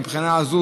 מבחינה זו,